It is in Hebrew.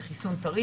זה חיסון טרי.